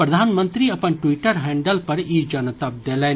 प्रधानमंत्री अपन Twitter handle पर ई जनतब देलनि